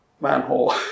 manhole